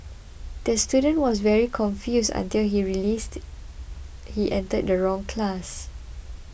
the student was very confused until he released he entered the wrong class